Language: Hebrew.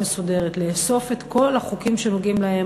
לאסוף את כל החוקים הנוגעים להם,